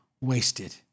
wasted